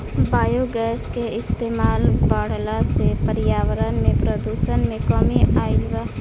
biogas के इस्तमाल बढ़ला से पर्यावरण में प्रदुषण में कमी आइल बा